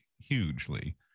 hugely